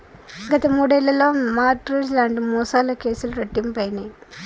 గత మూడేళ్లలో mortgage లాంటి మోసాల కేసులు రెట్టింపయినయ్